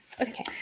okay